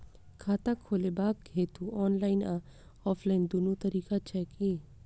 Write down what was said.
खाता खोलेबाक हेतु ऑनलाइन आ ऑफलाइन दुनू तरीका छै की?